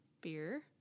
beer